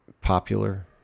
popular